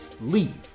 leave